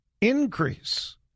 Increase